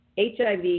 HIV